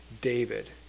David